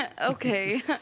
Okay